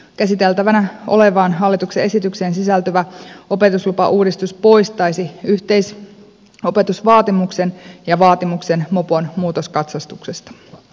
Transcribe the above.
käsiteltävänä olevaan hallitukseen esitykseen sisältyvä opetuslupauudistus poistaisi yhteisopetusvaatimuksen ja vaatimuksen mopon muutoskatsastuksesta